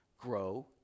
Grow